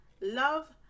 love